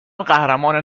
قهرمان